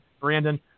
Brandon